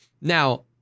now